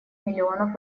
миллионов